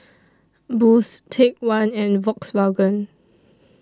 Boost Take one and Volkswagen